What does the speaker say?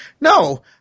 No